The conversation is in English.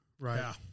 right